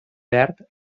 verd